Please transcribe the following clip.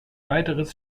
weiteres